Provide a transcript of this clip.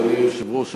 אדוני היושב-ראש,